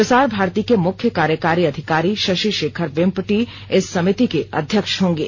प्रसार भारती के मुख्य कार्यकारी अधिकारी शशि शेखर वेंपटी इस समिति के अध्यक्ष होंगे